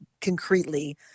concretely